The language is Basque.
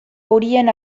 horien